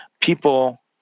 people